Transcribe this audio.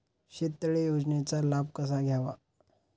शेततळे योजनेचा लाभ कसा घ्यावा?